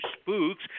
spooks